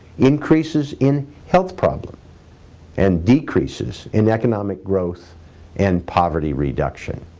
increases in health problems and decreases in economic growth and poverty reduction.